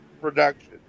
production